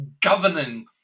Governing